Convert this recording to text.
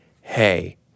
hey